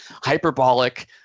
hyperbolic